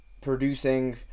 Producing